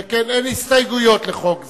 שכן אין הסתייגויות לחוק זה.